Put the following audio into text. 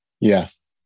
Yes